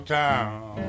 town